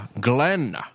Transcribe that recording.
Glenn